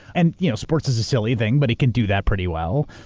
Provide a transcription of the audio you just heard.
and you know sports is a silly thing, but he can do that pretty well.